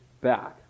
back